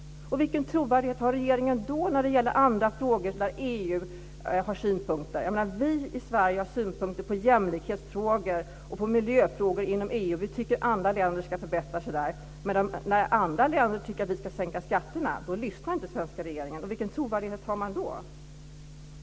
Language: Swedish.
Vilken trovärdighet har regeringen då i andra frågor där EU har synpunkter? Vi i Sverige har synpunkter på jämlikhetsfrågor och miljöfrågor inom EU. Vi tycker att andra länder ska förbättra sig där, men när andra länder tycker att vi ska sänka skatterna lyssnar inte den svenska regeringen. Vilken trovärdighet har man då?